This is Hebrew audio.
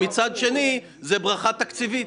מצד שני זו ברכה תקציבית.